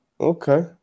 Okay